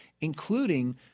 including